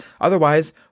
otherwise